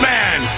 Man